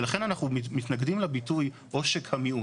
ולכן אנחנו מתנגדים לביטוי "עושק המיעוט".